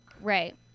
Right